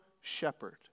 shepherd